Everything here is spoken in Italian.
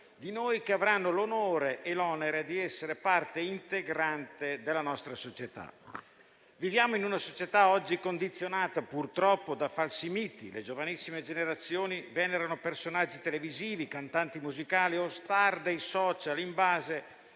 di noi, che avranno l'onore e l'onere di essere parte integrante della nostra società. Viviamo in una società oggi condizionata purtroppo da falsi miti; le giovanissime generazioni venerano personaggi televisivi, cantanti musicali o *star* dei *social* in base